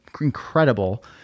Incredible